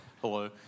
Hello